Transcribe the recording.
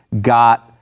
got